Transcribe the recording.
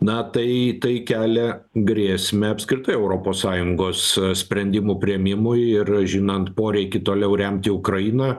na tai tai kelia grėsmę apskritai europos sąjungos sprendimų priėmimui ir žinant poreikį toliau remti ukrainą